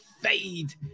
Fade